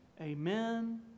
Amen